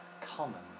common